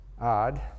odd